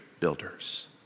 builders